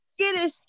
skittish